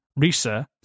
Risa